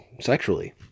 sexually